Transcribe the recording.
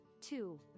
two